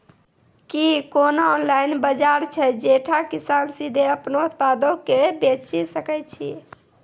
कि कोनो ऑनलाइन बजार छै जैठां किसान सीधे अपनो उत्पादो के बेची सकै छै?